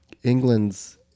England's